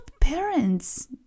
parents